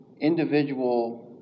individual